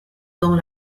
dans